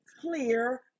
clear